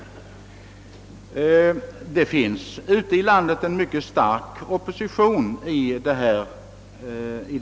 Det finns ute i landet en mycket stark opinion i detta spörsmål.